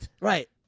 Right